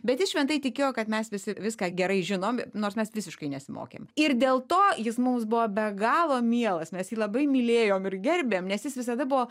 bet jis šventai tikėjo kad mes visi viską gerai žinom nors mes visiškai nesimokėm ir dėl to jis mums buvo be galo mielas mes jį labai mylėjom ir gerbėm nes jis visada buvo